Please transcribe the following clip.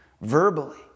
verbally